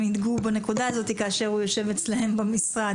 ייגעו בנקודה הזאת כאשר הוא יושב אצלן במשרד,